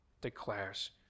declares